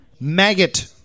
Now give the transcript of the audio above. Maggot